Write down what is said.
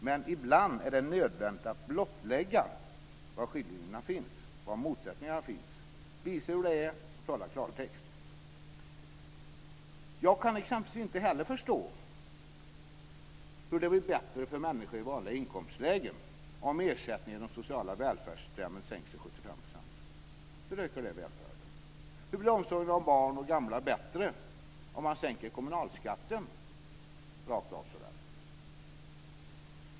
Men ibland är det nödvändigt att blottlägga var skiljelinjerna och motsättningarna finns, att visa hur det är och tala klartext. Jag kan exempelvis inte heller förstå hur det blir bättre för människor i vanliga inkomstlägen om ersättningarna inom de sociala välfärdssystemen sänks till 75 %. Hur ökar det välfärden? Hur blir omsorgen om barn och gamla bättre om man sänker kommunalskatten rakt av?